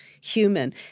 human